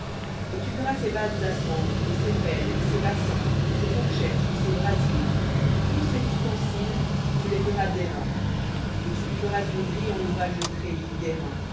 et tu feras ses vases à cendre et ses pelles et ses bassins et ses fourchettes et ses brasiers tous ses ustensiles tu les feras dairain et tu lui feras une grille en ouvrage de